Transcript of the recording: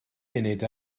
munud